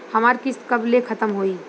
हमार किस्त कब ले खतम होई?